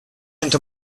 into